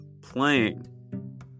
playing